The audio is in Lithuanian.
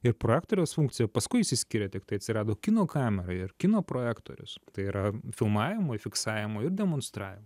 ir projektoriaus funkciją paskui išsiskiria tiktai atsirado kino kamera ir kino projektorius tai yra filmavimui fiksavimui ir demonstravimui